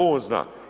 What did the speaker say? On zna.